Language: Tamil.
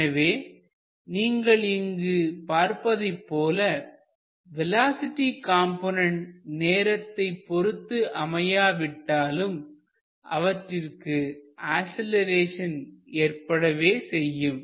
எனவே நீங்கள் இங்கு பார்ப்பதைப் போல வேலோஸிட்டி காம்போனன்டு நேரத்தைப் பொறுத்து அமையாவிட்டாலும்அவற்றிற்கு அசிலரேஷன் ஏற்படவே செய்யும்